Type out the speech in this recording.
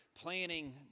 planning